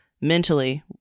mentally